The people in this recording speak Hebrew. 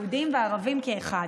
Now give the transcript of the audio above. יהודים וערבים כאחד.